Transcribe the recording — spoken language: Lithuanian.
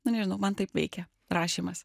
nu nežinau man taip veikia rašymas